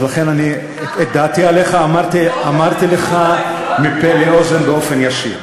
לכן את דעתי עליך אמרתי לך מפה לאוזן באופן ישיר.